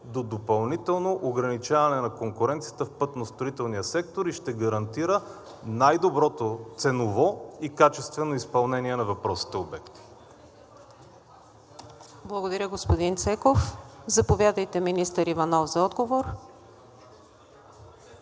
до допълнително ограничаване на конкуренцията в пътностроителния сектор и ще гарантира най-доброто ценово и качествено изпълнение на въпросните обекти? ПРЕДСЕДАТЕЛ НИКОЛЕТА КУЗМАНОВА: Благодаря, господин Цеков. Заповядайте, министър Иванов, за отговор.